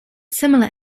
similar